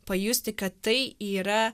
pajusti kad tai yra